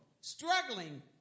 struggling